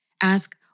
ask